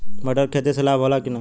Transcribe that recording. मटर के खेती से लाभ होला कि न?